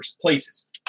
places